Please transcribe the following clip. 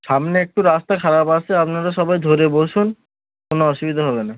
সামনে একটু রাস্তা খারাপ আছে আপনারা সবাই ধরে বসুন কোনও অসুবিধা হবে না